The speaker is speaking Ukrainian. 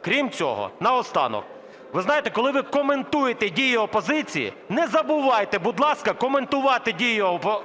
крім цього, наостанок. Ви знаєте, коли ви коментуєте дії опозиції, не забувайте, будь ласка, коментувати дії вашої